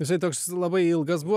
jisai toks labai ilgas buvo